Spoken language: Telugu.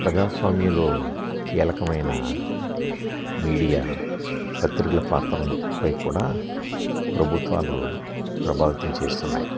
ప్రజాస్వామ్యంలో కీలకమైన మీడియా పత్రికల పాత్రపై కూడా ప్రభుత్వాలు ప్రభావితం చేస్తున్నాయి